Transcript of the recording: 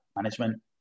Management